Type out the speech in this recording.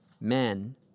men